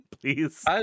Please